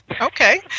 Okay